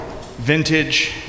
vintage